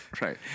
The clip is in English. Right